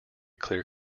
clear